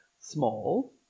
small